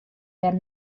dêr